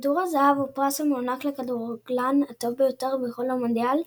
כדור הזהב הוא פרס המוענק לכדורגלן הטוב ביותר בכל מונדיאל,